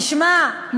תשמע,